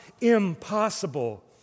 impossible